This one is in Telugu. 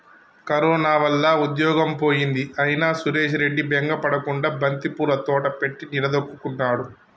కరోనా వల్ల ఉద్యోగం పోయింది అయినా సురేష్ రెడ్డి బెంగ పడకుండా బంతిపూల తోట పెట్టి నిలదొక్కుకున్నాడు